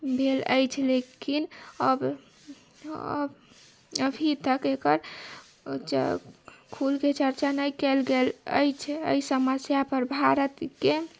भेल अछि लेकिन अब अभी तक एकर खुलके चर्चा नहि कएल गेल अछि एहि समस्या पर भारतके